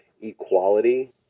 equality